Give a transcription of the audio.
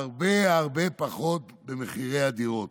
הרבה הרבה פחות במחירי הדירות,